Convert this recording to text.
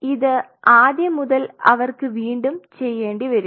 ഇത് ആദ്യം മുതൽ അവർക്ക് വീണ്ടും ചെയ്യേണ്ടിവരും